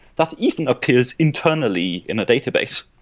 that even appears internally in a database.